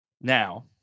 Now